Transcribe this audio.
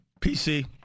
PC